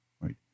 right